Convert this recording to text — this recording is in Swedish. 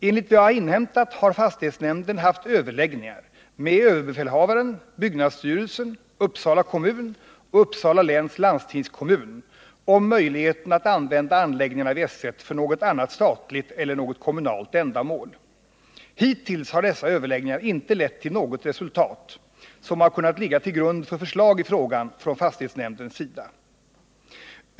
Enligt vad jag har inhämtat har fastighetsnämnden haft överläggningar med överbefälhavaren, byggnadsstyrelsen, Uppsala kommun och Uppsala läns landstingskommun om möjligheterna att använda anläggningarna vid S I för något annat statligt eller något kommunalt ändamål. Hittills har dessa överläggningar inte lett till något resultat som har kunnat ligga till grund för förslag i frågan från fastighetsnämndens sida.